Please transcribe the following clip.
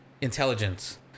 intelligence